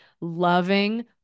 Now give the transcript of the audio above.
loving